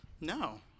no